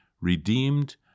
redeemed